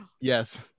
Yes